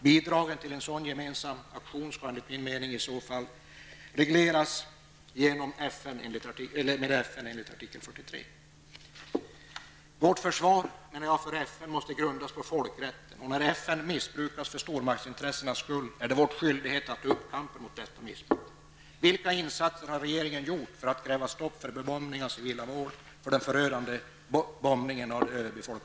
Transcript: Bidragen till en gemensam aktion skall enligt min mening regleras av FN enligt artikel 43. Vårt försvar måste grundas på folkrätten, och när FN missbrukas för stormaktsintressenas skull, är det vår skyldighet att ta upp kampen mot detta missbruk.